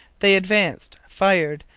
they advanced, fired,